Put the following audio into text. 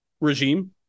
regime